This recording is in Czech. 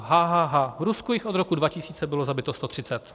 Ha, ha, ha, v Rusku jich od roku 2000 bylo zabito sto třicet.